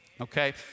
okay